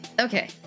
Okay